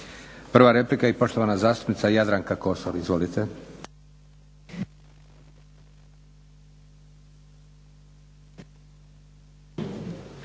Prva replika i poštovana zastupnica Jadranka Kosor. Izvolite.